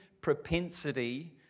propensity